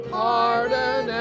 pardon